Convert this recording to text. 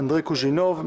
אנדרי קוז'ינוב,